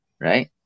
right